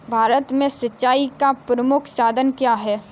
भारत में सिंचाई का प्रमुख साधन क्या है?